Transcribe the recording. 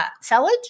salad